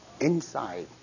Inside